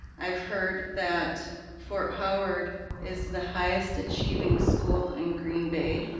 i've heard that fort howard is the highest achieving school in green bay,